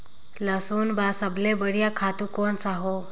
लसुन बार सबले बढ़िया खातु कोन सा हो?